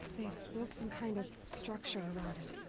built some kind of. structure around it.